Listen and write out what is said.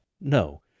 No